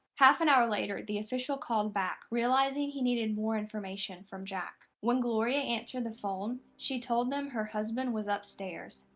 half an hour later, the official called back, realizing he needed more information from jack. when gloria answered the phone, she told them her husband was upstairs,